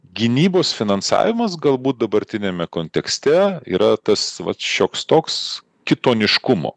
gynybos finansavimas galbūt dabartiniame kontekste yra tas vat šioks toks kitoniškumo